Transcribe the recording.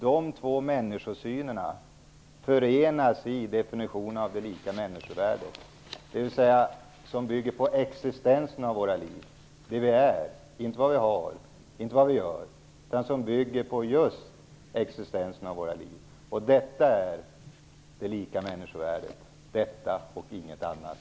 De två människosynerna förenas i definitionen av människors lika värde, som bygger på existensen av våra liv, vad vi är och inte vad vi har eller vad vi gör. Detta är det lika människovärdet, och ingenting annat.